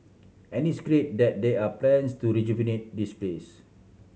and it's great that there are plans to rejuvenate this place